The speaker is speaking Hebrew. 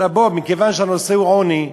מכיוון שהנושא הוא עוני,